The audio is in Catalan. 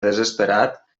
desesperat